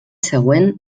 següent